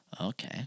Okay